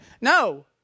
no